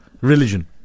Religion